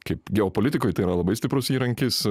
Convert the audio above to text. kaip geopolitikoj tai yra labai stiprus įrankis